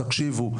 תקשיבו,